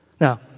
Now